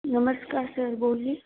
नमस्कार सर बोलिए